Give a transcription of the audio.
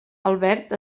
albert